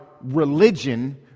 religion